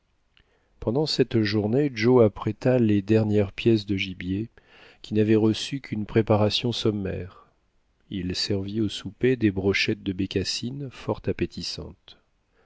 pendant cette journée joe apprêta les dernières pièces de gibier qui n'avaient reçu qu'une préparation sommaire il servit au souper des brochette de bécassines fort appétissantes